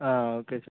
okay sir